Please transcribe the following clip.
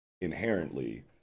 inherently